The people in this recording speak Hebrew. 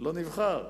לא נבחר.